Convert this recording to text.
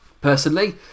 Personally